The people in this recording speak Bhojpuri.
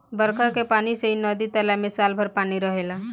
बरखा के पानी से ही नदी तालाब में साल भर पानी रहेला